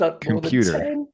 computer